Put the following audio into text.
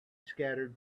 scattered